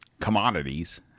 Commodities